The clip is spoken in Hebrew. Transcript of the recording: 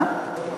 מה?